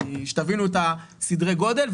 שתבינו את סדרי הגודל.